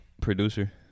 producer